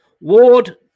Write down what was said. Ward